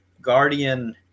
Guardian